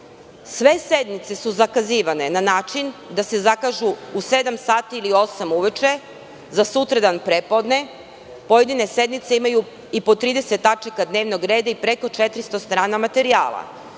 Sve sednice su zakazivane na način da se zakažu u sedam sati ili osam uveče za sutradan pre podne, pojedine sednice imaju i po 30 tačaka dnevnog reda i preko 400 strana materijala.